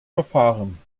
verfahren